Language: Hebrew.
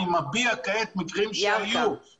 אני מביא כעת מקרים שהיו.